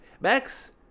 Max